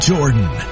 Jordan